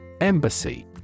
Embassy